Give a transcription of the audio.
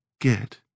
get